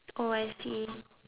oh I see